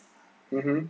mmhmm